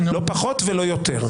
לא פחות ולא יותר.